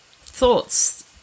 thoughts